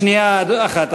שנייה אחת,